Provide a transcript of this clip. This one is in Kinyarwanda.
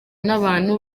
n’abantu